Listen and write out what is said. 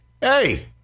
Hey